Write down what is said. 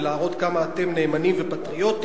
ולהראות כמה אתם נאמנים ופטריוטים,